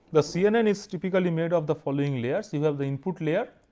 the cnn is typically made of the following layers, you have the input layer,